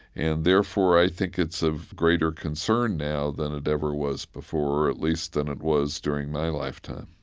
and, therefore, i think it's of greater concern now than it ever was before, at least than it was during my lifetime